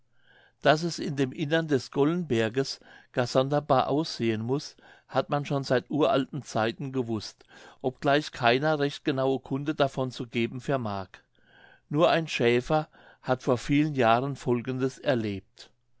daß es in dem inneren des gollenberges gar sonderbar aussehen muß hat man schon seit uralten zeiten gewußt obgleich keiner recht genaue kunde davon zu geben vermag nur ein schäfer hat vor vielen jahren folgendes erlebt